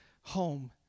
home